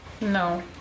No